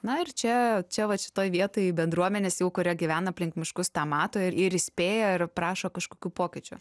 na ir čia čia vat šitoj vietoj bendruomenės jau kurie gyvena aplink miškus tą mato ir ir įspėja ir prašo kažkokių pokyčių